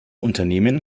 unternehmen